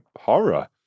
horror